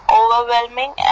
overwhelming